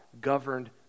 governed